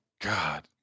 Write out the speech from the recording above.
god